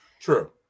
True